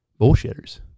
bullshitters